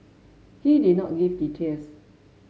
he did not give details